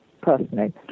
personally